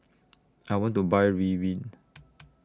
I want to Buy Ridwind